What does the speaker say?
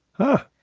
huh?